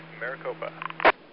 Maricopa